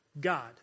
God